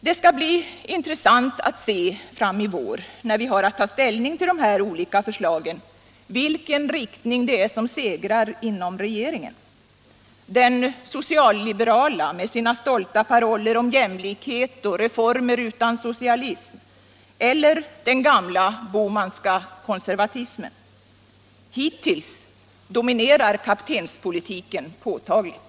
Det skall bli intressant att se — fram i vår, när vi har att ta ställning till de här olika förslagen — vilken riktning det är som segrar inom regeringen: den socialliberala, med sina stolta paroller om jämlikhet och reformer utan socialism, eller den gamla Bohmanska konservatismen. Hittills dominerar kaptenspolitiken påtagligt.